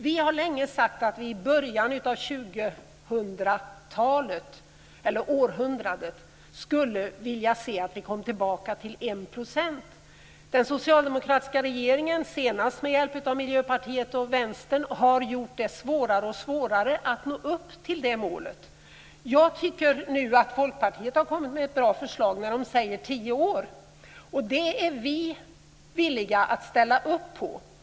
Vi har länge sagt att vi i början av 2000-talet skulle vilja se att man kom tillbaka till 1 %. Den socialdemokratiska regeringen, senast med hjälp av Miljöpartiet och Vänstern, har gjort det svårare och svårare att nå upp till det målet. Jag tycker att Folkpartiet har kommit med ett bra förslag där man förespråkar tio år. Det är vi villiga att ställa upp på.